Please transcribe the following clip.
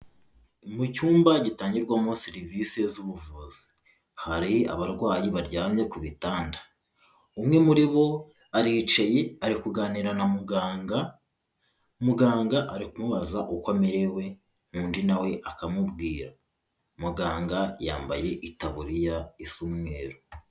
Mu cyumba gitangirwamo serivisi z'ubuvuzi, hari abarwayi baryamye ku bitanda, umwe muri bo ariceye, ari kuganira na muganga, muganga aramubaza uko amererewe undi nawe akamubwira, muganga yambaye itaburiya isa umweru.